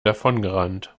davongerannt